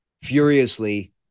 furiously